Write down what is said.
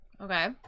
Okay